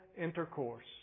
Intercourse